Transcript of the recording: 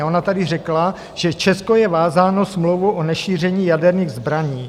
A ona tady řekla, že Česko je vázáno smlouvou o nešíření jaderných zbraní.